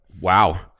Wow